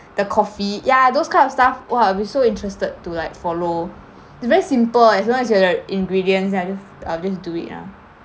the coffee ya those kind of stuff !wah! I'll be so interested to like follow it's very simple as along as you have the ingredients ya just I'll just do it ya